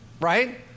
right